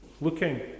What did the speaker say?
looking